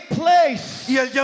place